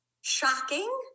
shocking